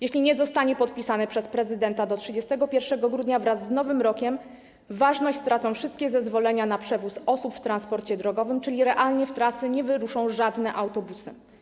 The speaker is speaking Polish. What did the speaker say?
Jeśli nie zostanie podpisany przez prezydenta do 31 grudnia, od Nowego Roku ważność stracą wszystkie zezwolenia na przewóz osób w transporcie drogowym, czyli realnie w trasy nie wyruszą żadne autobusy.